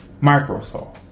Microsoft